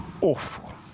awful